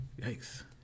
Yikes